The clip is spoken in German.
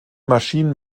maschinen